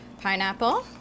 Pineapple